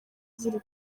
ziri